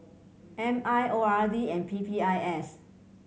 M I O R D and P P I S